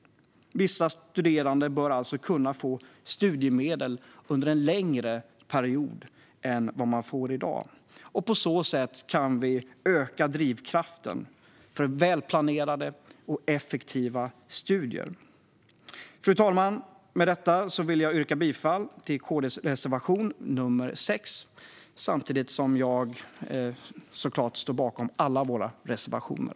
Vissa studerande bör alltså kunna få studiemedel under en längre period än i dag. På så sätt ökar drivkraften för välplanerade och effektiva studier. Fru talman! Med detta vill jag yrka bifall till KD:s reservation nr 6. Samtidigt står jag såklart bakom alla våra reservationer.